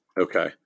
Okay